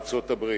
ארצות-הברית.